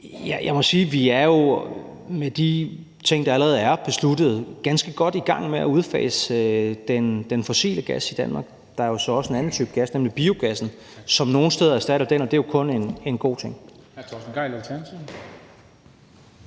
Jeg må sige, at vi med de ting, der allerede er besluttet, jo er ganske godt i gang med at udfase den fossile gas i Danmark. Der er jo så også en anden type gas, nemlig biogassen, som nogle steder erstatter den, og det er kun en god ting.